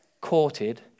courted